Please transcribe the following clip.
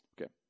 Okay